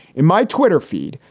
in my twitter feed,